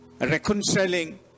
reconciling